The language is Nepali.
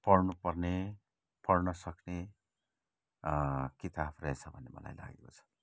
पढ्नुपर्ने पढ्नसक्ने किताब रहेछ भन्ने मलाई लागेको छ